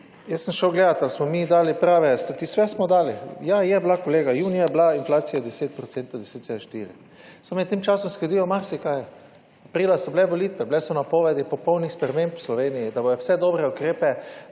jaz sem šel gledat ali smo mi dali prave statis… Seveda smo dali. Ja, je bila, kolega, junija je bila inflacija 10 % in sicer štiri. Samo med tem časom uskladijo marsikaj. Aprila so bile volitve, bile so napovedi popolnih sprememb v Sloveniji, da bo vse dobre ukrepe